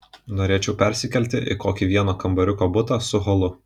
norėčiau persikelti į kokį vieno kambariuko butą su holu